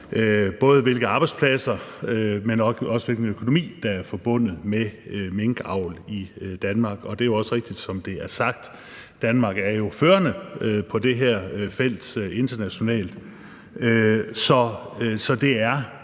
over, hvilke arbejdspladser og nok også hvilken økonomi der er forbundet med minkavl i Danmark. Det er jo også rigtigt, som det er sagt, at Danmark internationalt er førende på det her felt. Så det er